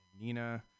Nina